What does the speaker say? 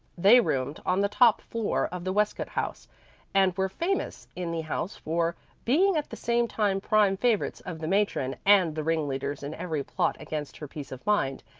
they roomed on the top floor of the westcott house and were famous in the house for being at the same time prime favorites of the matron and the ringleaders in every plot against her peace of mind,